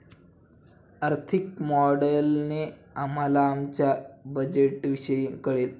आर्थिक मॉडेलने आम्हाला आमच्या बजेटविषयी कळेल